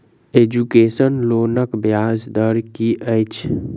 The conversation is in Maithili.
एजुकेसन लोनक ब्याज दर की अछि?